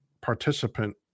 participant